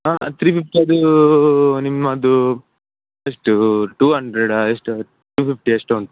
ಹಾಂ three fifty ಅದು ನಿಮ್ಮದು ಎಷ್ಟು ಟು ಹಂಡ್ರೆಡ ಎಷ್ಟ್ ಟು ಫಿಫ್ಟಿಯ ಎಷ್ಟೋ ಉಂಟು